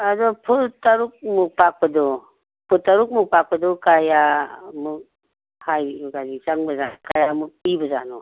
ꯑꯗꯨ ꯐꯨꯠ ꯇꯔꯨꯛꯃꯨꯛ ꯄꯥꯛꯄꯗꯣ ꯐꯨꯠ ꯇꯔꯨꯛꯃꯨꯛ ꯄꯥꯛꯄꯗꯣ ꯀꯌꯥꯃꯨꯛ ꯆꯪꯕꯖꯥꯠꯅꯣ ꯀꯌꯥꯃꯨꯛ ꯄꯤꯕꯖꯥꯠꯅꯣ